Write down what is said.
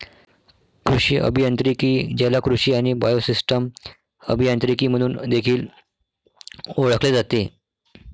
कृषी अभियांत्रिकी, ज्याला कृषी आणि बायोसिस्टम अभियांत्रिकी म्हणून देखील ओळखले जाते